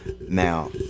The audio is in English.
Now